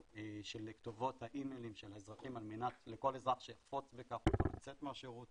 של כתובות האימיילים של האזרחים על מנת שכל אזרח שיחפוץ לצאת מהשירות